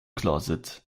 closet